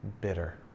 bitter